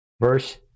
verse